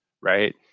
right